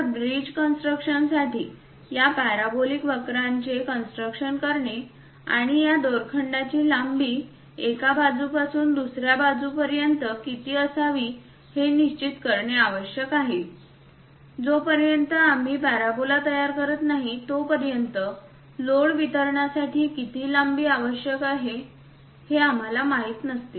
तर ब्रिज कन्स्ट्रक्शनसाठी या पॅराबोलिक वक्रांचे कन्स्ट्रक्शन करणे आणि या दोरखंडाची लांबी एका बिंदूपासून दुसर्या बिंदूपर्यंत किती असावी हे निश्चित करणे आवश्यक आहे जोपर्यंत आम्ही पॅराबोला तयार करत नाही तोपर्यंत लोड वितरणासाठी किती लांबी असणे आवश्यक आहे हे आम्हाला माहिती नसते